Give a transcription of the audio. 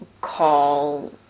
call